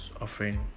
offering